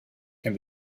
can